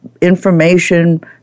information